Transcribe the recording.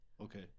Okay